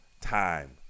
time